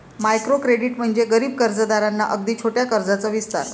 micro credit म्हणजे गरीब कर्जदारांना अगदी छोट्या कर्जाचा विस्तार